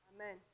Amen